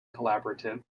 collaborative